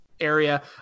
area